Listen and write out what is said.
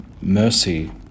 mercy